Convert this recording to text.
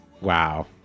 Wow